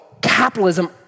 capitalism